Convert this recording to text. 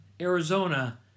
Arizona